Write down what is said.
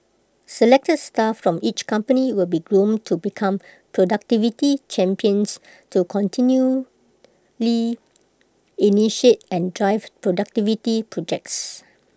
selected staff from each company will be groomed to become productivity champions to continually initiate and drive productivity projects